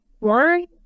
Worry